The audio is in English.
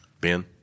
Ben